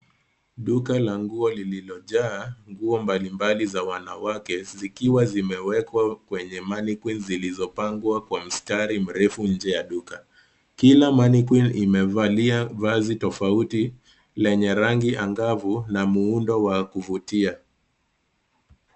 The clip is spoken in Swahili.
Duka la nguo lililojaa nguo mbalimbali za wanawake zikiwa zimewekwa kwenye mannequins zilizopangwa kwa mstari mrefu nje ya duka. Kila mannequin imevalia vazi tofauti lenye rangi angavu na muundo wakuvutia.